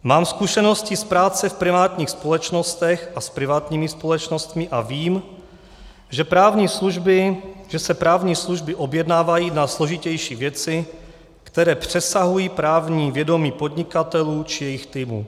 Mám zkušenosti z práce v privátních společnostech a s privátními společnostmi a vím, že se právní služby objednávají na složitější věci, které přesahují právní vědomí podnikatelů či jejich týmů.